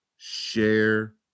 Share